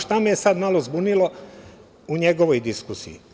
Šta me je sada malo zbunilo u njegovoj diskusiji?